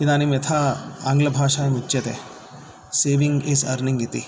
इदानीं यथा आङ्ग्लभाषायाम् उच्यते सेविङ्ग् इस् अर्निङ्ग् इति